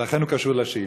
לכן הוא קשור לשאילתה.